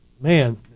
man